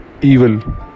evil